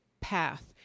path